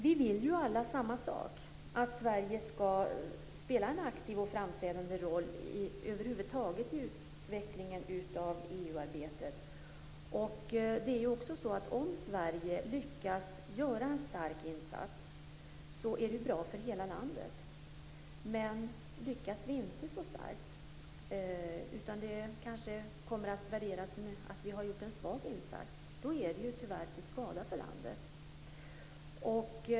Vi vill alla samma sak, dvs. att Sverige skall spela en aktiv och framträdande roll över huvud taget i utvecklingen av EU-arbetet. Om Sverige lyckas göra en stark insats är det bra för hela landet. Lyckas vi inte så starkt - om vår insats värderas som svag - är det tyvärr till skada för landet.